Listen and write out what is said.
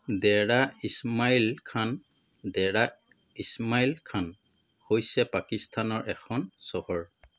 ডেৰা ইছমাইল খান ডেৰা ইছমাইল খান হৈছে পাকিস্তানৰ এখন চহৰ